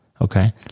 Okay